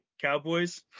Cowboys